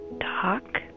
talk